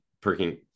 perking